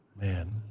Man